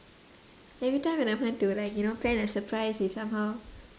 everytime when I want to like you know plan a surprise it somehow